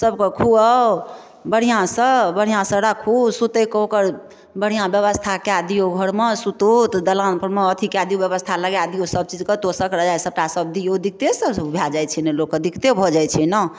सबके खुआउ बढ़िआँसँ बढ़िआँसँ राखु सुतै कऽ ओकर बढ़िया व्यवस्था कए दियौ घरमे सुतु तऽ दलान परमे अथि कए दिऔ व्यवस्था लगाए दिऔ सबचीज कऽ तोसक रजाइ सबटा सब दिऔ दिक्कतेसँ भए जाइत छै ने लोक कऽ दिक्कते भए जाइत छै ने